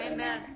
Amen